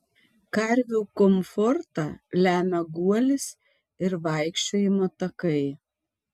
karvių komfortą lemia guolis ir vaikščiojimo takai